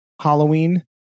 Halloween